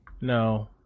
No